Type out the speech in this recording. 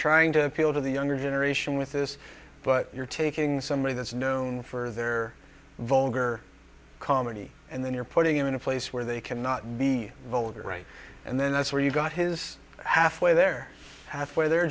trying to appeal to the younger generation with this but you're taking somebody that's known for their vulgar comedy and then you're putting him in a place where they cannot be vulgar right and then that's where you got his halfway there half way there are